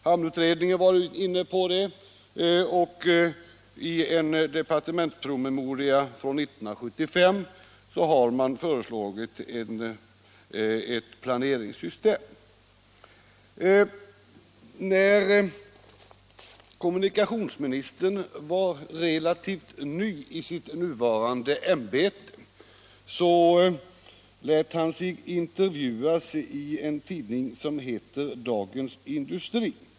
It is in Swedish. Hamnutredningen var inne på det, och i en departementspromemoria från 1975 har man föreslagit ett planeringssystem. När kommunikationsministern var relativt ny i sitt nuvarande ämbete, lät han sig intervjuas i en tidning som heter Dagens Industri.